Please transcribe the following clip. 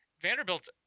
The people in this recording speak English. Vanderbilt's